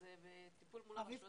זה בטיפול מול הרשויות המקומיות.